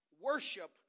Worship